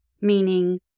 meaning